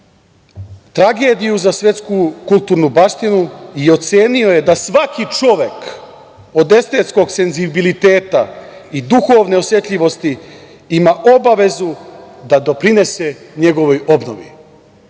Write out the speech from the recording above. tragediju za svetsku kulturnu baštinu i ocenio je da svaki čovek od estetskog senzibiliteta i duhovne osetljivosti ima obavezu da doprinese njegovoj obnovi.